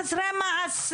שדורש המון מאמצים.